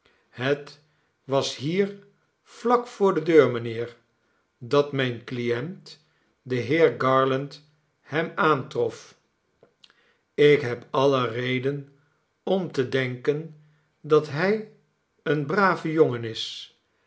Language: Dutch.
het was hier vlak voor de deur mijnheer dat mijn client de heer garland hem aantrof ik heb alle reden om te denken dat hij een brave jongen is